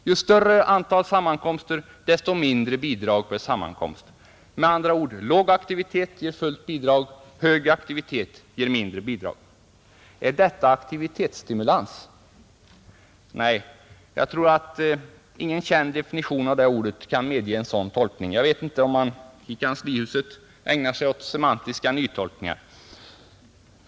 Ju större antal sammankomster, desto mindre bidrag per sammankomst. Låg aktivitet ger med andra ord fullt bidrag. Hög aktivitet ger mindre bidrag. Är detta aktivitetsstimulans? Nej, jag tror inte att någon känd definition av detta ord kan medge en sådan tolkning. Jag vet inte om man i kanslihuset ägnar sig åt semantiska nytolkningar.